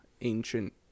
ancient